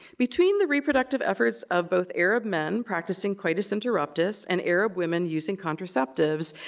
between the reproductive efforts of both arab men, practicing coitus interruptus, and arab women using contraceptives,